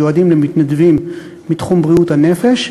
המיועדים למתנדבים מתחום בריאות הנפש,